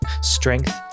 strength